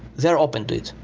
they're open to it.